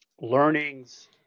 learnings